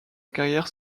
carrière